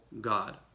God